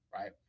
right